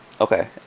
Okay